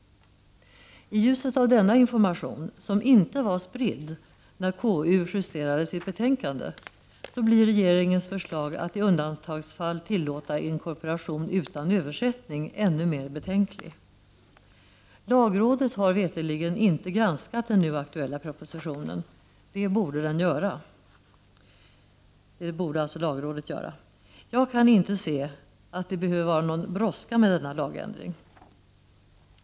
I ljuset av denna information, som inte var spridd när KU justerade sitt betänkande, blir regeringens förslag att i undantagsfall tillåta inkorporation utan översättning ännu mer betänklig. Lagrådet har mig veterligen inte granskat den nu aktuella propositionen. Det bör lagrådet göra. Jag kan inte se att det behöver vara någon brådska med denna lagändring.